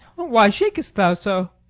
why shakest thou so?